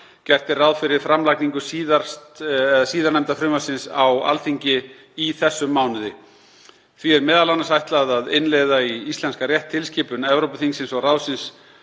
Gert er ráð fyrir framlagningu síðarnefnda frumvarpsins á Alþingi í þessum mánuði. Því er m.a. ætlað að innleiða í íslenskan rétt tilskipun Evrópuþingsins og ráðsins